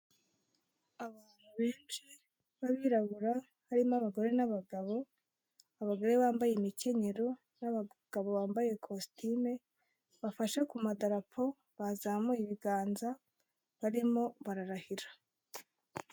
Abantu benshi b'abirabura harimo abagore n'abagabo, abagore bambaye imikenyero n'abagabo bambaye ikositime bafashe ku madarapo bazamuye ibiganza barimo bararahira.